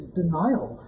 denial